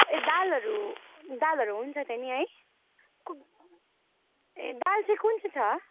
ए दालहरू दालहरू हुन्छ त नि है ए दाल चाहिँ कुन चाहिँ छ